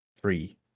three